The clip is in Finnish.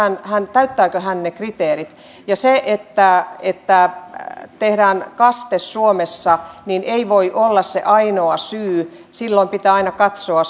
täyttääkö hän ne kriteerit se että että tehdään kaste suomessa ei voi olla ainoa syy silloin pitää aina katsoa